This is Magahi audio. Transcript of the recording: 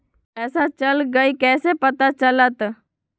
पैसा चल गयी कैसे पता चलत?